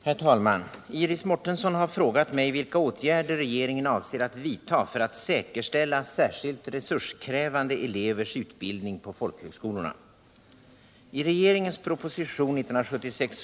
438, och anförde: Om ökat stöd till Herr talman! Iris Mårtensson har frågat mig vilka åtgärder regeringen avser handikappade att vidta för att säkerställa särskilt resurskrävande elevers utbildning på folkhögskoleelevers folkhögskolorna.